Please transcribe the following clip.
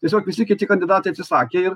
tiesiog visi kiti kandidatai atsisakė ir